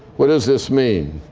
what does this mean?